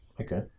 Okay